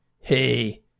Hey